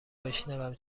بشنوم